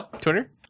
Twitter